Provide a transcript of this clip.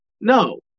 No